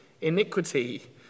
iniquity